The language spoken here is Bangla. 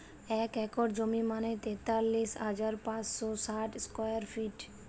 এক একর জমি মানে তেতাল্লিশ হাজার পাঁচশ ষাট স্কোয়ার ফিট